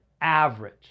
average